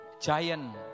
giant